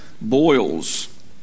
Boils